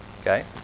okay